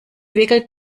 wickelt